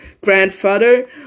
grandfather